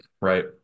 right